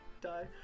die